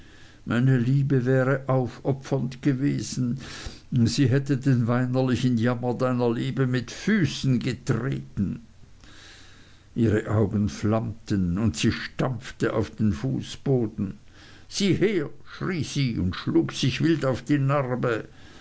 meine liebe wäre aufopfernd gewesen sie hätte den weinerlichen jammer deiner liebe mit füßen getreten ihre augen flammten und sie stampfte auf den fußboden sieh her schrie sie und schlug sich wild auf die narbe